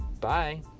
Bye